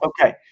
Okay